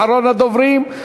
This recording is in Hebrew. אחרון הדוברים,